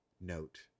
note